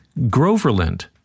Groverland